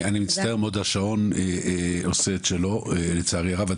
אני מצטער מאוד, השעון עושה את שלו לצערי הרב.